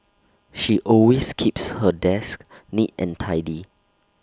she always keeps her desk neat and tidy